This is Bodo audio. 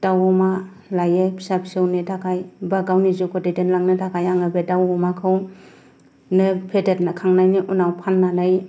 दाउ अमा लायो फिसा फिसौनि थाखाय बा गावनि जिउखौ दैदेनलांनो थाखाय आङो बे दाउ अमाखौनो फेदेरखांनायनि उनाव फाननानै